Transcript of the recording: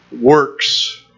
works